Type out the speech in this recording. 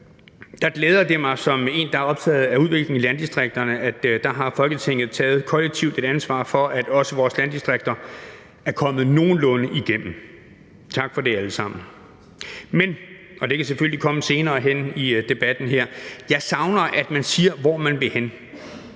der glæder det mig som en, der er optaget af udvikling i landdistrikterne, at Folketinget der kollektivt har taget et ansvar for, at også vores landdistrikter er kommet nogenlunde igennem. Tak for det, alle sammen! Men – og det kan selvfølgelig komme senere i debatten her – jeg savner, at man siger, hvor man vil hen.